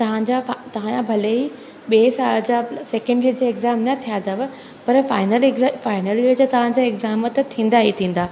तव्हांजा तव्हांजा भले ई ॿिए साल जा सैकेंड ईयर जा एग्ज़ाम न थिया अथव पर फाइनल एग्ज़ फाइनल ईयर जा तव्हांजा एग्ज़ाम त थींदा ई थींदा